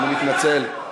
אני מתנצל.